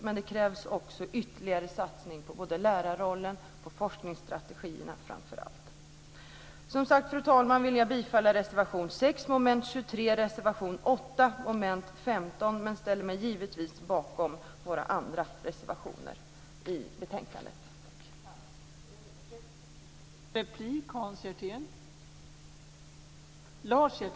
Men det krävs också ytterligare satsningar på lärarrollen och framför allt på forskningsstrategierna. Fru talman! Jag vill yrka bifall till reservation 6 Men jag ställer mig givetvis bakom våra andra reservationer i betänkandet.